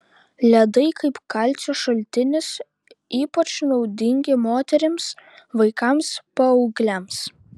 ledai kaip kalcio šaltinis ypač naudingi moterims vaikams paaugliams